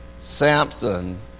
Samson